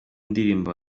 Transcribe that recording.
ndirimbo